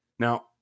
Now